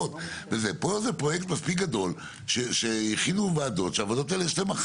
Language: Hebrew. חבר הכנסת שירי אומר שיכולים להוציא מייל: "בעוד שעה אנחנו שם".